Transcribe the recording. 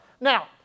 Now